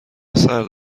سرد